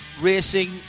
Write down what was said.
racing